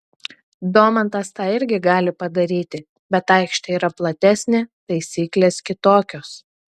domantas tą irgi gali padaryti bet aikštė yra platesnė taisyklės kitokios